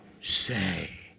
say